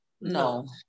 No